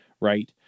right